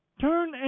Turn